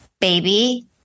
baby